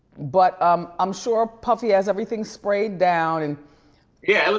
but i'm um sure puffy as everything sprayed down and yeah, it was